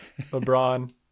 LeBron